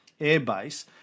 airbase